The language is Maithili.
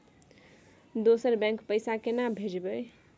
दोसर बैंक पैसा केना भेजबै?